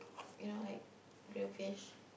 you know like grilled fish